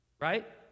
Right